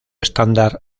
estándar